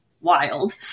wild